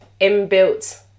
inbuilt